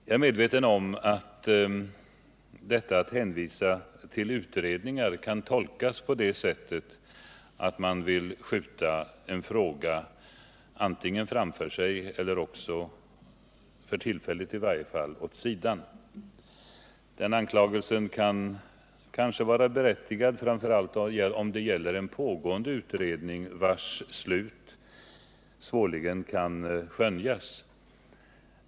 Jag är medveten om att hänvisningar till utredningar kan tolkas på det sättet att man vill skjuta en fråga, antingen framför sig eller också, för tillfället i varje fall, åt sidan. Den anklagelsen kan kanske vara berättigad, framför allt om det gäller en pågående utredning, vars slut svårligen kan skönjas.